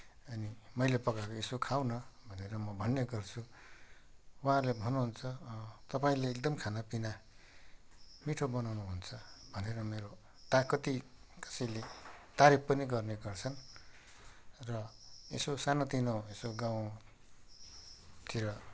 अनि मैले पकाएको यसो खाऊ न भनेर म भन्ने गर्छु उहाँहरूले भन्नुहुन्छ तपाईँले एकदम खानापिना मिठो बनाउनुहुन्छ भनेर मेरो ता कत्ति कसैले तारिफ पनि गर्ने गर्छन् र यसो सानोतिनो यसो गाउँतिर